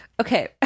Okay